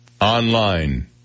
online